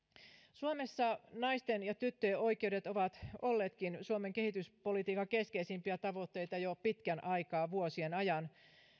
suomessa naisten ja tyttöjen oikeudet ovatkin olleet suomen kehityspolitiikan keskeisimpiä tavoitteita jo pitkän aikaa vuosien ajan